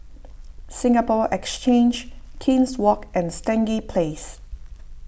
Singapore Exchange King's Walk and Stangee Place